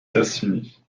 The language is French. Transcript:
tassigny